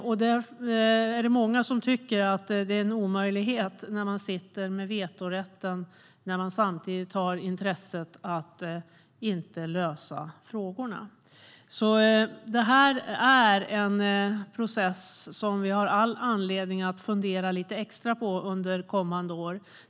Det är många som tycker att det är en omöjlighet att Ryssland har vetorätt och samtidigt inte har intresse att lösa konflikterna. Det här är en process som vi har all anledning att fundera lite extra på under kommande år.